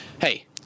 hey